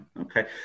Okay